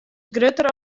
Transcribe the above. grutter